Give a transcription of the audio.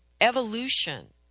evolution